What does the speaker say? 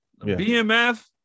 BMF